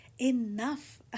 enough